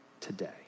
today